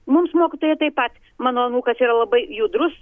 mums mokytoja taip pat mano anūkas yra labai judrus